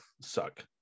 suck